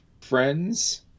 friends